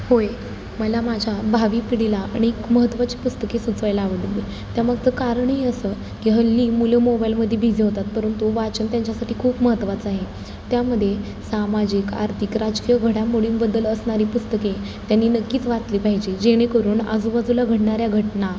होय मला माझ्या भावी पिढीला अनेक महत्त्वाची पुस्तके सुचवायला आवडली त्या मागचं कारणही असं की हल्ली मुलं मोबाईलमध्ये बिझी होतात परंतु वाचन त्यांच्यासाठी खूप महत्त्वाचं आहे त्यामध्ये सामाजिक आर्थिक राजकीय घडामोडींबद्दल असणारी पुस्तके त्यांनी नक्कीच वाचली पाहिजे जेणेकरून आजूबाजूला घडणाऱ्या घटना